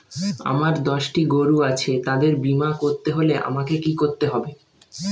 আমার দশটি গরু আছে তাদের বীমা করতে হলে আমাকে কি করতে হবে?